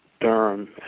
Durham